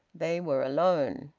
they were alone.